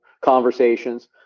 conversations